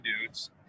dudes